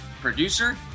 producer